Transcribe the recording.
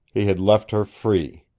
he had left her free.